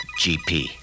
GP